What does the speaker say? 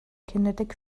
kinetic